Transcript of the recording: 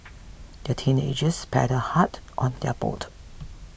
the teenagers paddled hard on their boat